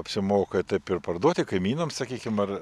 apsimoka taip ir parduoti kaimynams sakykim ar